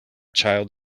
child